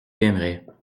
aimerais